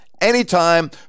anytime